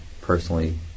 personally